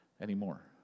anymore